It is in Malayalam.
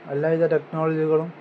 എല്ലാവിധ ടെക്നോളജികളും